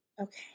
Okay